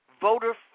voter